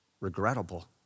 regrettable